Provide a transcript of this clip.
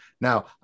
Now